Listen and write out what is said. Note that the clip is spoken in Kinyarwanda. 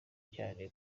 cyane